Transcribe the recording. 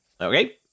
Okay